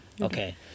okay